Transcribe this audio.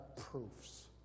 proofs